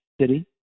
city